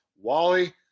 Wally